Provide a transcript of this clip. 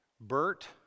Bert